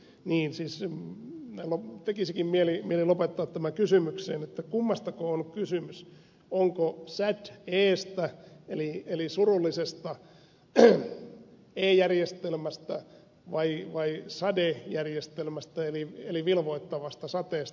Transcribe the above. niin siis tekisikin mieli lopettaa tämä kysymykseen kummastako on kysymys onko sad estä eli surullisesta e järjestelmästä vai sade järjestelmästä eli vilvoittavasta sateesta